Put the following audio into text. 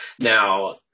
Now